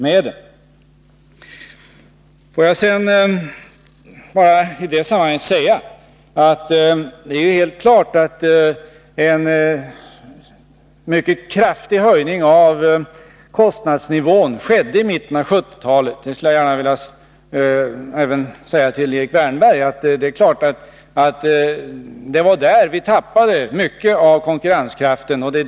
Helt klart skedde en mycket kraftig höjning av kostnadsnivån i mitten av 1970-talet. Jag vill gärna säga till Erik Wärnberg att det var där vi tappade mycket av konkurrenskraften.